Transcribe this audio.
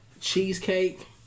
Cheesecake